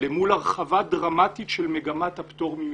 למול הרחבה דרמטית של מגמת הפטור ממכרז.